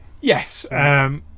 Yes